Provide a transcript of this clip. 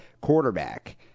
quarterback